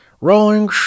rolling